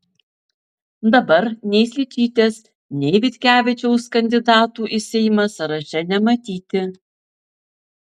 dabar nei sličytės nei vitkevičiaus kandidatų į seimą sąraše nematyti